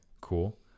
cool